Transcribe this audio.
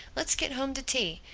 let's get home to tea.